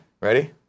Ready